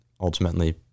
ultimately